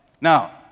Now